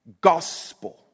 gospel